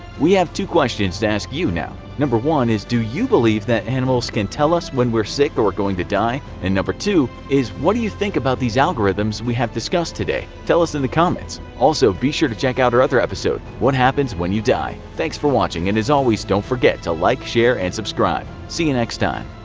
we have two questions to ask you now. number one is do you believe that animals can tell when we are sick or going to die? and number two is what do you think about these algorithms we have discussed today? tell us in the comments. also, be sure to check out our other episode what happens when you die? thanks for watching, and as always, don't forget to like, share and subscribe. see you next time.